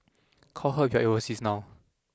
call her get you overseas now